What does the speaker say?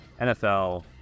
NFL